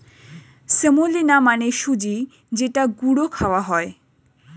semolina মানে সুজি যেটা গুঁড়ো খাওয়া হয়